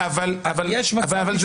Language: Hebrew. אנחנו לא באים לפתור את הדבר הזה.